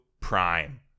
prime